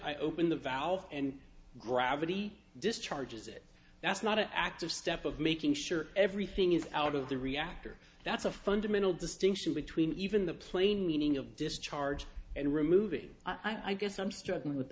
i open the valve and gravity discharges it that's not an active step of making sure everything is out of the reactor that's a fundamental distinction between even the plain meaning of discharge and removing i guess i'm struggling with